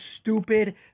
stupid